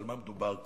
על מה מדובר כאן.